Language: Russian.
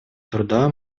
труда